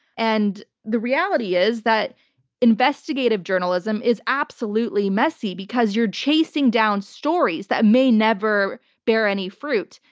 and the reality is that investigative journalism is absolutely messy because you're chasing down stories that may never bear any fruit.